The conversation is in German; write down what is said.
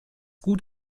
gut